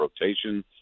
rotation